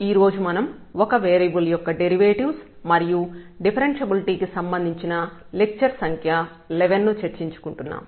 ఈరోజు మనం ఒక వేరియబుల్ యొక్క డెరివేటివ్స్ మరియు డిఫరెన్ష్యబిలిటీ కి సంబంధించిన లెక్చర్ సంఖ్య 11 ను చర్చించుకుంటున్నాము